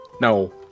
No